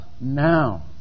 now